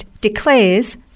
Declares